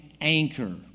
anchor